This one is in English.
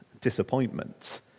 disappointment